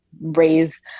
raise